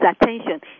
attention